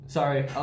Sorry